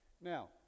Now